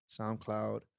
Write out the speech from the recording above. SoundCloud